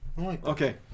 Okay